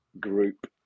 group